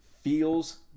feels